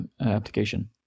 application